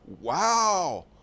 Wow